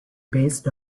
based